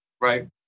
right